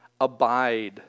Abide